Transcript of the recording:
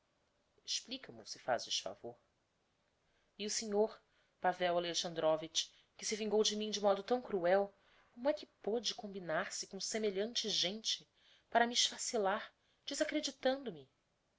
explica mo se fazes favor e o senhor pavel alexandrovitch que se vingou de mim de modo tão cruel como é que pôde combinar se com semelhante gente para me esfacelar desacreditando me